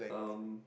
um